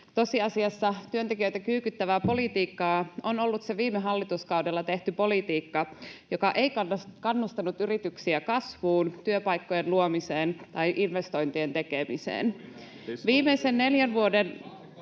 Tosiasiassa työntekijöitä kyykyttävää politiikkaa on ollut se viime hallituskaudella tehty politiikka, joka ei kannustanut yrityksiä kasvuun, työpaikkojen luomiseen tai investointien tekemiseen. [Perussuomalaisten